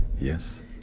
Yes